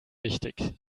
wichtig